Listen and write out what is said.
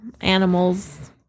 animals